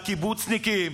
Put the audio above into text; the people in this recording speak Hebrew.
הקיבוצניקים,